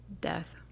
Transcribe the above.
Death